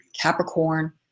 Capricorn